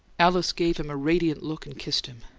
alice gave him a radiant look and kissed him.